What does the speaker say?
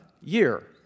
year